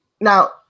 Now